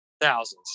Thousands